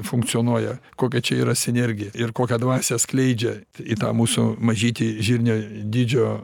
funkcionuoja kokia čia yra sinergija ir kokią dvasią skleidžia į tą mūsų mažytį žirnio dydžio